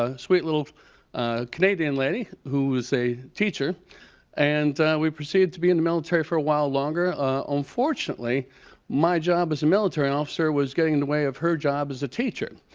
ah sweet little canadian lady who is a teacher and we proceeded to be in the military for a while longer, unfortunately my job as and military officer was getting in the way of her job as a teacher.